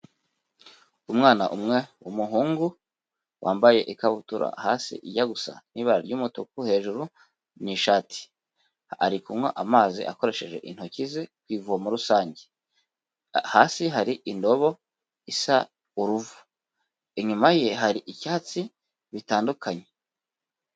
Umwana w’umuhungu wambaye ikabutura hasi ijya gusa n’ibara ry’umutuku n’ishati ari kunywa amazi akoresheje intoki ku ivomo rusange. Hasi hari indobo isa uruvu , inyuma ye hari ibyatsi bitandukanye.